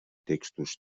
textos